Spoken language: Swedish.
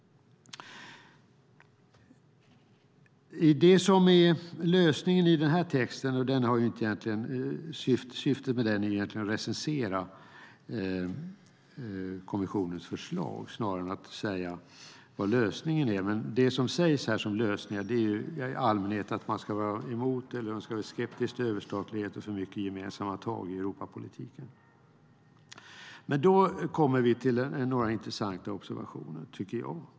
Det som är lösningen i den här texten - syftet med den är egentligen att recensera kommissionens förslag snarare än att säga vad lösningen är - är i allmänhet att man ska vara skeptisk till överstatlighet och för mycket gemensamma tag i Europapolitiken. Men då kommer vi till några intressanta observationer, tycker jag.